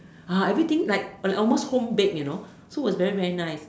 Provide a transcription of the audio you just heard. ah everything like like almost home baked you know so was very very nice